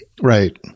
right